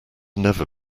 never